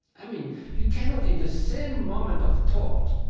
i mean you cannot, in the same moment of thought,